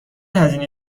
هزینه